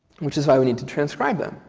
which is why we need to transcribe them.